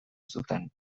zuten